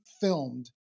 filmed